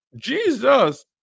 Jesus